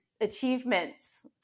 achievements